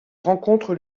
rencontre